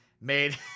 made